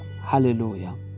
Hallelujah